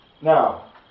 Now